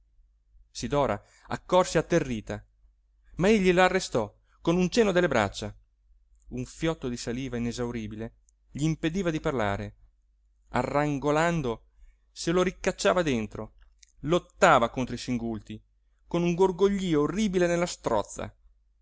gola sidora accorse atterrita ma egli l'arrestò con un cenno delle braccia un fiotto di saliva inesauribile gl'impediva di parlare arrangolando se lo ricacciava dentro lottava contro i singulti con un gorgoglio orribile nella strozza